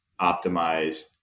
optimized